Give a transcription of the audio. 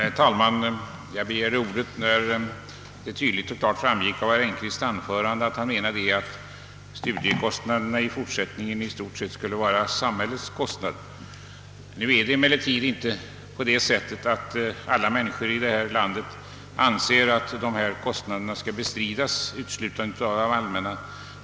Herr talman! Jag begärde ordet när det av herr Engkvists anförande tydligt och klart framgick att han menade att studiekostnaderna i fortsättningen i stort sett skulle vara samhällets kostnad. Nu är det emellertid inte på det sättet att alla människor i detta land anser att dessa kostnader uteslutande skall bestridas av det allmänna.